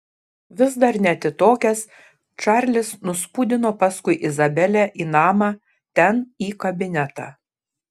vis dar neatitokęs čarlis nuspūdino paskui izabelę į namą ten į kabinetą